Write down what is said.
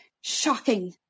shocking